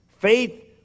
Faith